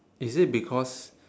is it because